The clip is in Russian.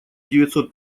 девятьсот